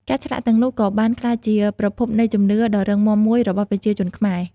ការឆ្លាក់ទាំងនោះក៏បានក្លាយជាប្រភពនៃជំនឿដ៏រឹងមាំមួយរបស់ប្រជាជនខ្មែរ។